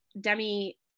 Demi